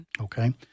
Okay